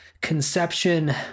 conception